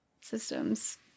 systems